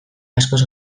askoz